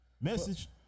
message